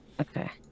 Okay